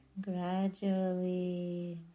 gradually